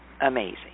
amazing